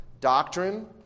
Doctrine